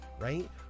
right